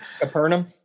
Capernaum